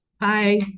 Bye